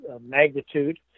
magnitude